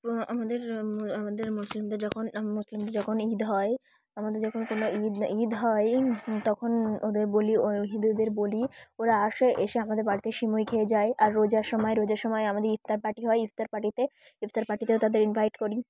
আমাদের আমাদের মুসলিমদের যখন মুসলিমদের যখন ঈদ হয় আমাদের যখন কোনো ঈদ ঈদ হয় তখন ওদের বলি ও হিন্দুদের বলি ওরা আসে এসে আমাদের বাড়িতে সিমই খেয়ে যায় আর রোজার সময় রোজার সময় আমাদের ইফতার পার্টি হয় ইফতার পার্টিতে ইফতার পার্টিতেও তাদের ইনভাইট করি